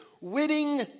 winning